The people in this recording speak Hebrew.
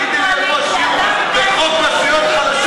תודה רבה ליואל חסון,